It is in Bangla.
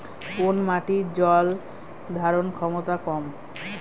কোন মাটির জল ধারণ ক্ষমতা কম?